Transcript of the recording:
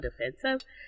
defensive